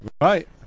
Right